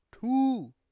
Two